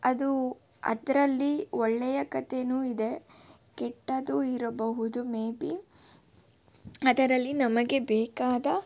ಅದು ಅದರಲ್ಲಿ ಒಳ್ಳೆಯ ಕಥೆಯು ಇದೆ ಕೆಟ್ಟದ್ದು ಇರಬಹುದು ಮೇ ಬಿ ಅದರಲ್ಲಿ ನಮಗೆ ಬೇಕಾದ